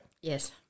Yes